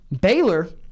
Baylor